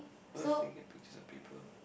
I love taking pictures of people